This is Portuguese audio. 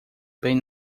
bem